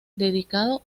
dedicado